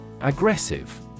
Aggressive